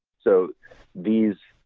so these